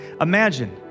Imagine